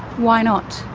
why not?